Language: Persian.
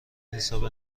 حساب